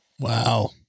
Wow